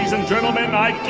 and gentlemen, i